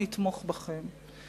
נתמוך בכם.